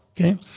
okay